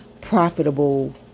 profitable